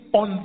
on